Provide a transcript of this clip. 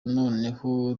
noneho